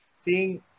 seeing